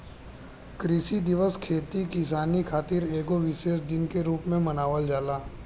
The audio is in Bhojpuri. कृषि दिवस खेती किसानी खातिर एगो विशेष दिन के रूप में मनावल जाला